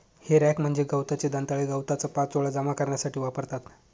हे रॅक म्हणजे गवताचे दंताळे गवताचा पाचोळा जमा करण्यासाठी वापरतात